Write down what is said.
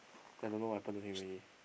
then don't know what happen to him already